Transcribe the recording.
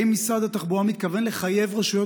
האם משרד התחבורה מתכוון לחייב רשויות